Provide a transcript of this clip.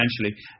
essentially